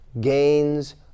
gains